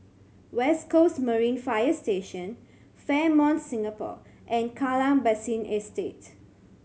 West Coast Marine Fire Station Fairmont Singapore and Kallang Basin Estate